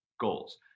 goals